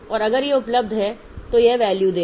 और अगर यह उपलब्ध है तो यह वैल्यू देगा